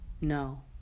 No